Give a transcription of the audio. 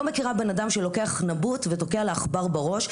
לא מכירה בן אדם שלוקח נבוט ותוקע לעכבר בראש,